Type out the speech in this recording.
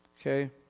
Okay